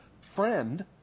friend